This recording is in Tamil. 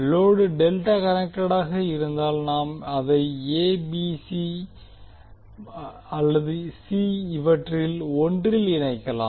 லோடு டெல்டா கனெக்டெடாக இருந்தால் நாம் அதை a b அல்லது c இவற்றில் ஒன்றில் இணைக்கலாம்